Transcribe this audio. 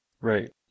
Right